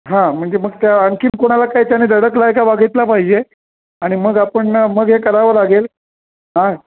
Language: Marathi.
हा म्हणजे मग त्या आ आणखीन कोणाला काय त्याने धडकला आहे काय बघितला पाहिजे आणि मग आपण मग हे करावं लागेल हा